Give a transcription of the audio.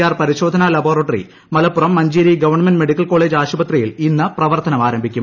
R പരിശോധനാ ലബോറട്ടറി Malappuram Manjeri government medical college ആശുപത്രിയിൽ ഇന്ന് പ്രവർത്തനം ആരംഭിക്കും